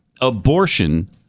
abortion